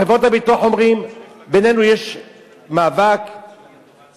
חברות הביטוח אומרות: בינינו יש מאבק עסקי,